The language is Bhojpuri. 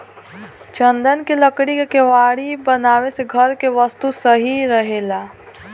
चन्दन के लकड़ी के केवाड़ी बनावे से घर के वस्तु सही रहेला